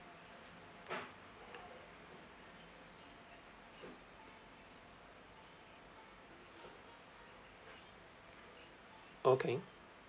okay